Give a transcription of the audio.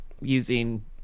using